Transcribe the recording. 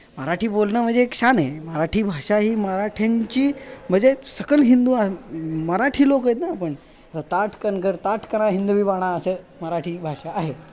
मराठी बोलणं म्हणजे एक छान आहे मराठी भाषा ही मराठ्यांची म्हणजे सकल हिंदू मराठी लोक आहेत ना आपण ताठ कणखर ताठ कणा हिंदवी बाणा असं मराठी भाषा आहे